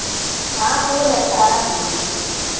हाँ फूल है सारा है